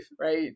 right